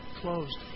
closed